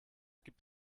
gibt